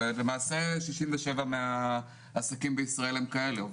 זה למעשה שישים ושבעה אחוז מהעסקים בישראל הם כאלה.